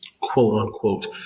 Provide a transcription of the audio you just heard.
quote-unquote